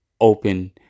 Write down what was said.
open